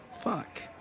fuck